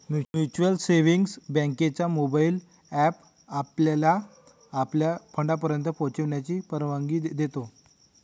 mutual savings बँकेचा mobile app आपल्याला आपल्या फंडापर्यंत पोहोचण्याची परवानगी देतो